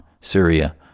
Syria